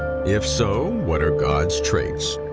if so, what are god's traits?